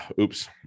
Oops